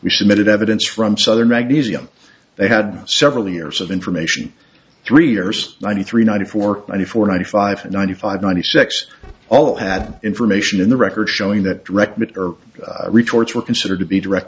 we should meet it evidence from southern magnesium they had several years of information three years ninety three ninety four ninety four ninety five ninety five ninety six all had information in the record showing that directed retorts were considered to be direct